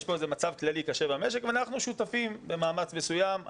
יש כאן מצב כללי קשה במשק ואנחנו שותפים למאמץ מסוים.